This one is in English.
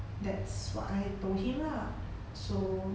that's what I told him lah so